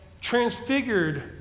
transfigured